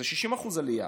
זה 60% עלייה.